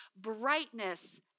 brightness